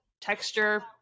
texture